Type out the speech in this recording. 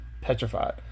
petrified